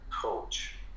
coach